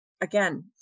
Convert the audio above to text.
again